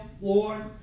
Lord